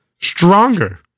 Stronger